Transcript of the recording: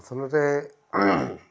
আচলতে